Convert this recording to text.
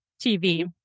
TV